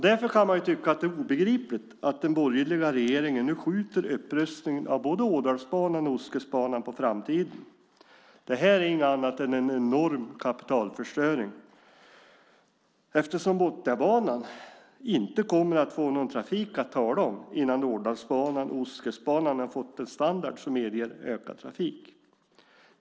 Därför kan man tycka att det är obegripligt att den borgerliga regeringen nu skjuter upprustningen av Ådalsbanan och Ostkustbanan på framtiden. Det är inget annat än en enorm kapitalförstöring eftersom Botniabanan inte kommer att få någon trafik att tala om innan Ådalsbanan och Ostkustbanan fått en standard som medger ökad trafik.